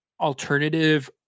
alternative